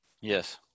Yes